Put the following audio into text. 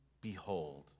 behold